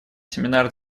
семинар